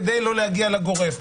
כדי לא להיפסל באופן גורף.